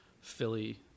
Philly